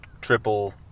triple